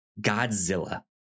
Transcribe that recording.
Godzilla